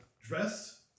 dressed